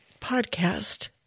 podcast